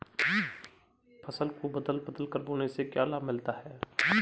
फसल को बदल बदल कर बोने से क्या लाभ मिलता है?